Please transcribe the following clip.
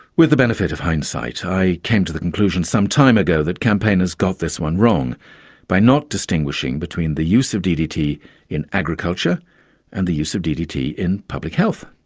with the benefit of hindsight i came to the conclusion some time ago that campaigners got this one wrong by not distinguishing between the use of ddt in agriculture and the use of ddt in public health.